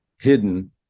hidden